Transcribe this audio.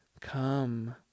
Come